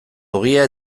ogia